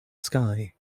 sky